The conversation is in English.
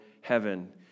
heaven